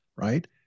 right